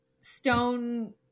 stone